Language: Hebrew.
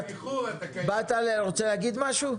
אתה רוצה להגיד משהו?